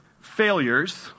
failures